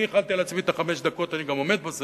אני החלתי על עצמי את חמש הדקות, אני גם עומד בזה.